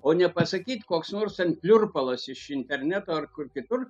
o nepasakyt koks nors pliurpalas iš interneto ar kur kitur